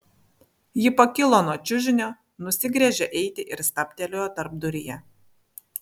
ji pakilo nuo čiužinio nusigręžė eiti ir stabtelėjo tarpduryje